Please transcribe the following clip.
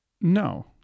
no